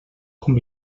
com